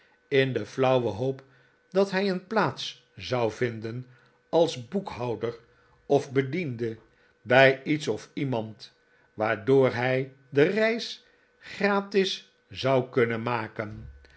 in de flauwe hoop dat hij een plaats zou vinden als boekhouder of bediende bij iets of iemand waardoor hij de reis gratis zou kunrien maken